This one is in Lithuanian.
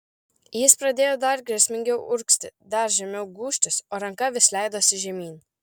jis pradėjo dar grėsmingiau urgzti dar žemiau gūžtis o ranka vis leidosi žemyn